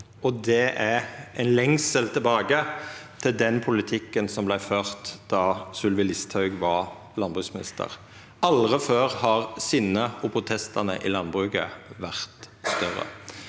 det er ein lengsel tilbake til den politikken som vart ført då Sylvi Listhaug var landbruksminister. Aldri før har sinnet og protestane i landbruket vore større.